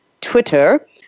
Twitter